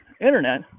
Internet